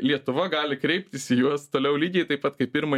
lietuva gali kreiptis į juos toliau lygiai taip pat kaip pirmą